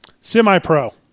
Semi-pro